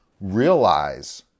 Realize